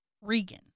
Regan